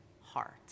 heart